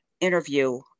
interview